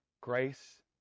Grace